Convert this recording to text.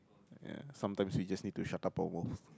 ya sometimes we just need to shut up our mouth